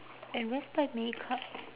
eh where's my makeup